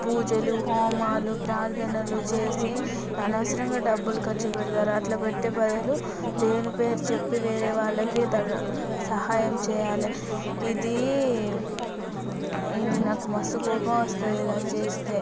పూజలు హోమాలు ప్రార్ధనలు చేసి అనవసరంగా డబ్బులు ఖర్చు పెడతారు అట్ల పెట్టే బదులు దేవుని పేరు చెప్పి వేరే వాళ్ళకి సహాయం చేయాలి ఇది ఇది నాకు మస్తు కోపం వస్తది ఇలా చేస్తే